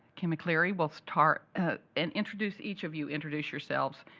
kim mccleary will start ah and introduce each of you introduce yourselves,